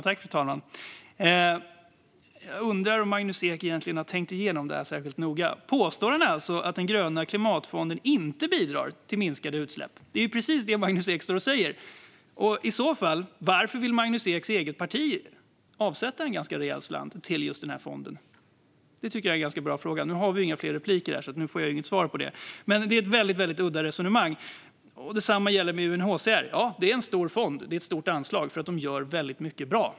Fru talman! Jag undrar om Magnus Ek egentligen har tänkt igenom det här särskilt noga. Påstår han att den gröna klimatfonden inte bidrar till minskade utsläpp? Det är precis det som Magnus Ek står och säger. Varför vill i så fall Magnus Eks eget parti avsätta en ganska rejäl slant till just den fonden? Det är en ganska bra fråga. Nu har vi inte fler repliker, så jag får inget svar på det. Men det är ett väldigt udda resonemang. Detsamma gäller med UNHCR. Det är en stor fond och ett stort anslag, eftersom den gör väldigt mycket bra.